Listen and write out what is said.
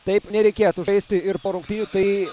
taip nereikėtų žaisti ir po rungtynių tai